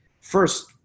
first